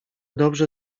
dobrze